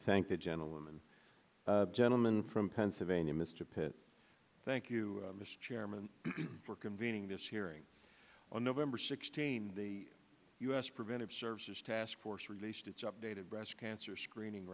thank the gentleman gentleman from pennsylvania mr pitt thank you mr chairman for convening this hearing on november sixteenth the u s preventive services task force released its updated breast cancer screening